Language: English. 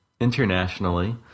internationally